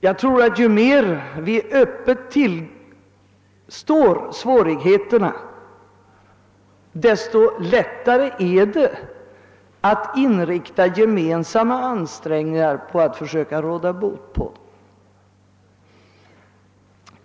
Jag tror att ju mer vi öppet tillstår svårigheterna, desto lättare är det att inrikta våra gemensamma ansträngningar på att försöka råda bot på dem.